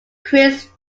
chris